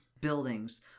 buildings